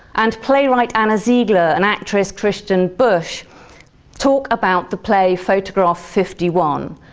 and playwright anna ziegler and actress kristen bush talked about the play photograph fifty one.